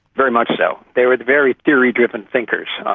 very much so. they were very theory-driven thinkers.